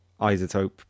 Isotope